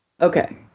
Okay